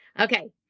Okay